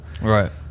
right